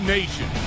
Nation